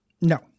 No